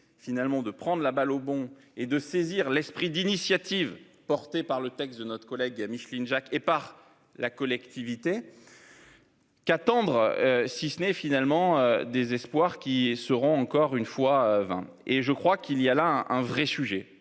finalement de prendre la balle au bond et de saisir l'esprit d'initiative portée par le texte de notre collègue Micheline Jacques et par la collectivité. Qu'attendre, si ce n'est finalement désespoir qui seront encore une fois 20 et je crois qu'il y a là un vrai sujet